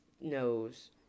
knows